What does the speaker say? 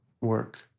work